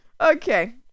Okay